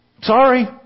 Sorry